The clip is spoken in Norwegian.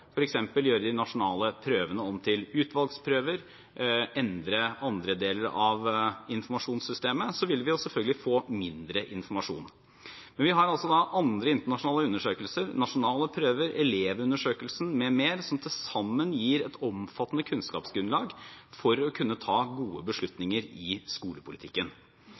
gjør de nasjonale prøvene om til utvalgsprøver eller endrer andre deler av informasjonssystemet, vil vi selvfølgelig få mindre informasjon. Men vi har også andre internasjonale undersøkelser, nasjonale prøver, Elevundersøkelsen m.m., som til sammen gir et omfattende kunnskapsgrunnlag for å kunne ta gode beslutninger i skolepolitikken.